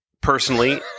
Personally